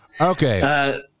Okay